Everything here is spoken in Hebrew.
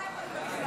די כבר עם המשפט הזה.